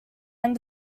end